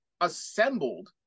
assembled